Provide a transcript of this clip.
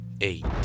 eight